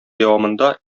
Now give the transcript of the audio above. дәвамында